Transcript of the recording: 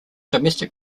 domestic